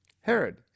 Herod